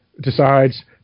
decides